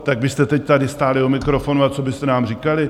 Tak byste teď tady stáli u mikrofonu a co byste nám říkali?